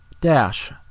dash